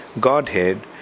Godhead